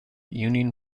union